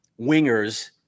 wingers –